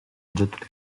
oggetto